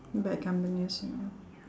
bad companies ah